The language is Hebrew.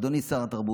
אדוני שר התרבות,